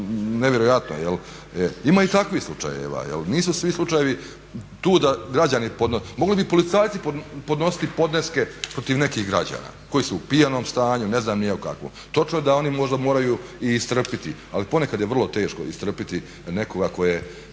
zaista nevjerojatno. Ima i takvih slučajeva, nisu svi slučajevi tu da građani podnose. Mogli bi policajci ponositi podneske protiv nekih građana koji su u pijanom stanju, ne znam ni ja u kakvom. Točno je da oni možda moraju i istrpiti ali ponekad je vrlo teško istrpiti nekoga tko je